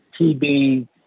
TB